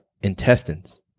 intestines